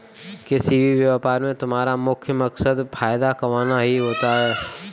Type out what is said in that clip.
किसी भी व्यापार में तुम्हारा मुख्य मकसद फायदा कमाना ही होता है